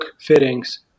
fittings